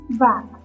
back